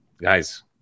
guys